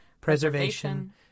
preservation